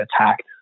attacked